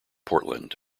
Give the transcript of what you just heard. portland